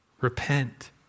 Repent